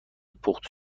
پخته